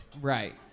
Right